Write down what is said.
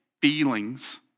feelings